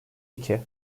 iki